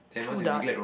threw dart